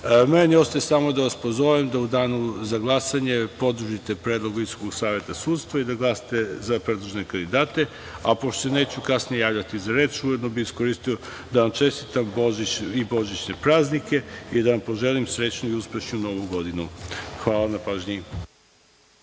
ostaje samo da vas pozovem da u danu za glasanje podržite predlog Visokog saveta sudstva i da glasate za predložene kandidate. Pošto se neću kasnije javljati za reč, ujedno bih iskoristio priliku da vam čestitam Božić i božićne praznike i da vam poželim srećnu i uspešnu Novu godinu. Hvala na pažnji.